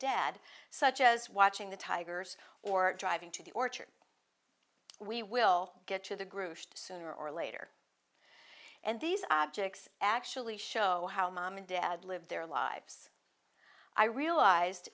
dad such as watching the tigers or driving to the orchard we will get to the group sooner or later and these objects actually show how mom and dad live their lives i realized